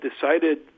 decided